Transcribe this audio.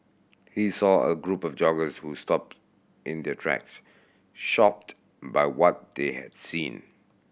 he saw a group of joggers who stopped in their tracks shocked by what they had seen